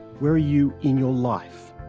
where are you in your life?